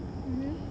mmhmm